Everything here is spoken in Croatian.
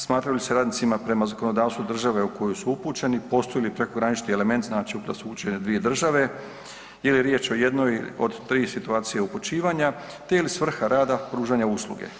Smatra li se radnicima prema zakonodavstvu države u koju su upućeni, postoji li prekogranični element znači da su uključene dvije države ili je riječ o jednoj od tri situacije upućivanja te je li svrha rada pružanje usluge?